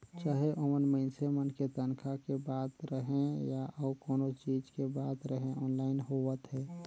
चाहे ओमन मइनसे मन के तनखा के बात रहें या अउ कोनो चीच के बात रहे आनलाईन होवत हे